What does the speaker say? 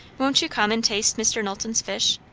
won't you come and taste mr. knowlton's fish?